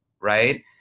right